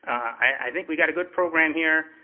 i think we got a good program here.